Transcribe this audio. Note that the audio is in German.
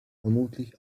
vermutlich